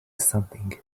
something